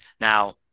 Now